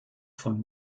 von